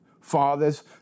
Fathers